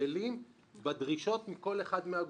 ההבדלים בדרישות מכל אחד מן הגופים.